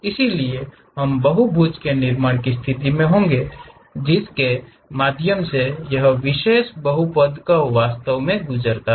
इसलिए हम बहुभुज के निर्माण की स्थिति में होंगे जिसके माध्यम से यह विशेष बहुपद कर्व वास्तव में गुजरता है